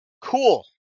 Cool